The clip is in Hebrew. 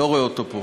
לא רואה אותו פה.